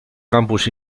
campus